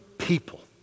People